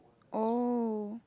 oh